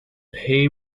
pay